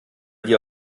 dir